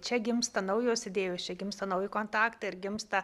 čia gimsta naujos idėjos čia gimsta nauji kontaktai ir gimsta